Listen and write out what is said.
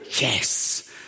yes